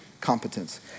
competence